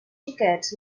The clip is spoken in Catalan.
xiquets